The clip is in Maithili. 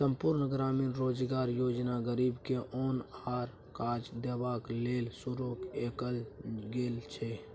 संपुर्ण ग्रामीण रोजगार योजना गरीब के ओन आ काज देबाक लेल शुरू कएल गेल छै